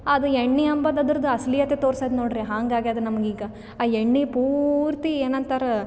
ಅದು ಎಣ್ಣೆ ಅಂಬೊದ್ ಅದ್ರದು ಅಸಲಿಯತ್ ತೋರ್ಸದೆ ನೋಡ್ರಿ ಹಂಗಾಗ್ಯದ ನಮ್ಗೆ ಈಗ ಆ ಎಣ್ಣೆ ಪೂರ್ತಿ ಏನಂತರ